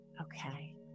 Okay